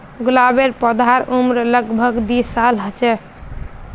गुलाबेर पौधार उम्र लग भग दी साल ह छे